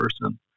person